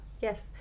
Yes